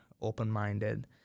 open-minded